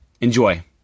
Enjoy